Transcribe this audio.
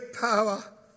power